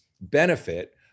benefit